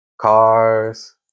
Cars